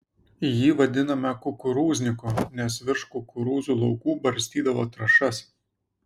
jį vadinome kukurūzniku nes virš kukurūzų laukų barstydavo trąšas